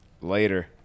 later